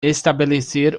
estabelecer